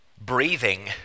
breathing